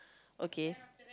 okay